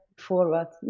forward